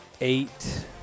eight